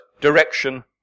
direction